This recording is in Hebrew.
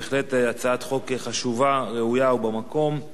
בהחלט הצעת חוק חשובה, ראויה ובמקום.